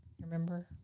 Remember